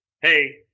hey